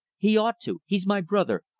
he ought to. he's my brother.